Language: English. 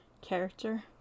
character